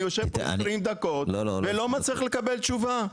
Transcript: אני יושב פה 20 דקות ולא מצליח לקבל תשובה,